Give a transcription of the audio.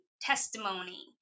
testimony